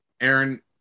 Aaron